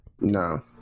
No